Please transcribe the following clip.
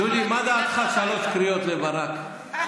מה דעתך על שלוש קריאות לברק,